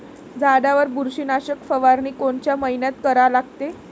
झाडावर बुरशीनाशक फवारनी कोनच्या मइन्यात करा लागते?